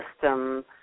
system